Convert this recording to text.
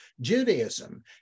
Judaism